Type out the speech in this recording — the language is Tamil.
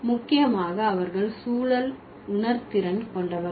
முக்கியமாக அவர்கள் சூழல் உணர்திறன் கொண்டவர்கள்